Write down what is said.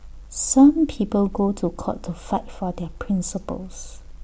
some people go to court to fight for their principles